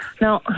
No